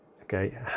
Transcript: Okay